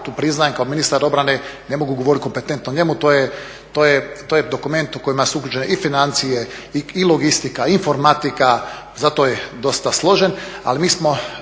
tu priznajem kao ministar obrane, ne mogu govoriti kompetentno o njemu, to je dokument u kojem su uključene i financije i logistika i informatika, zato je dosta složen. Ali mi smo,